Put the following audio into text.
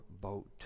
boat